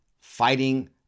fighting